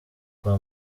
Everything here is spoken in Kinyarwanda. kwa